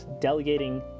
delegating